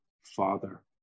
father